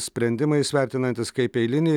sprendimą jis vertinantis kaip eilinį